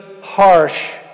harsh